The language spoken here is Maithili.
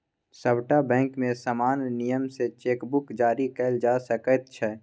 सभटा बैंकमे समान नियम सँ चेक बुक जारी कएल जा सकैत छै